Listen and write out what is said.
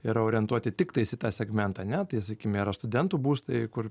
yra orientuoti tiktais į tą segmentą ne tai sakykim yra studentų būstai kur